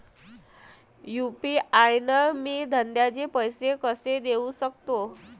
UPI न मी धंद्याचे पैसे कसे देऊ सकतो?